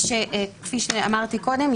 וכפי שאמרתי קודם,